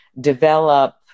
develop